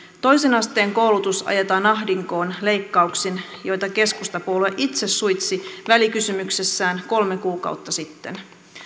toisen asteen koulutus ajetaan ahdinkoon leikkauksin joita keskustapuolue itse suitsi välikysymyksessään kolme kuukautta sitten